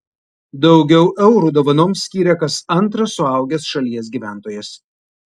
daugiau eurų dovanoms skyrė kas antras suaugęs šalies gyventojas